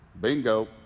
Bingo